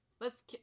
Let's-